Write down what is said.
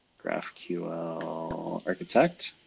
graphql architect.